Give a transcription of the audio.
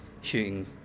shooting